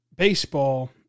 Baseball